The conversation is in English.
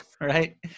Right